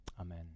amen